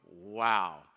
wow